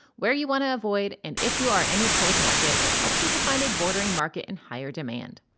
where you want to avoid, and if you are in a cold market, it helps you to find a bordering market in higher demand.